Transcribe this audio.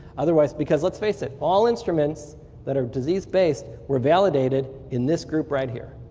otherwise because let's face it, all instruments that are disease-based were validated in this group right here.